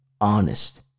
Honest